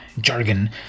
jargon